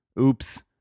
Oops